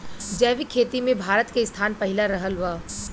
जैविक खेती मे भारत के स्थान पहिला रहल बा